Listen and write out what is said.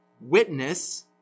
witness